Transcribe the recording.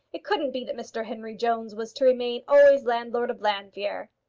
it couldn't be that mr henry jones was to remain always landlord of llanfeare.